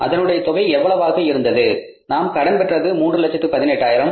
அதனுடைய தொகை எவ்வளவாக இருந்தது நாம் கடன் பெற்றது 318000